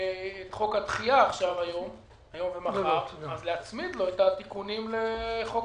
את חוק הדחייה היום ומחר אז להצמיד לו את התיקונים לחוק-היסוד.